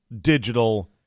digital